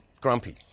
grumpy